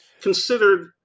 considered